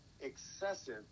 excessive